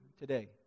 today